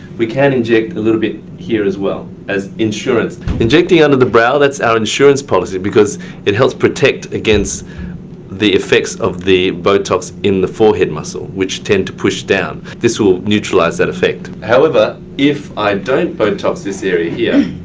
we can inject a little bit here as well. as insurance. injecting under the brow, that's our insurance policy because it helps protect against the effects of the botox in the forehead muscle which tend to push down. this will neutralize that effect. however, if i don't botox this area here.